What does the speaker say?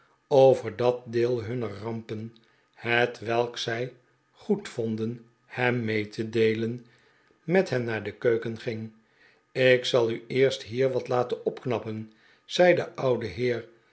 over dat deel hunner xampen hetwelk zij goedvonden hem mee te deelen met hen naar de keuken ging ik zal u eerst hier wat laten opknappen zei de oude heer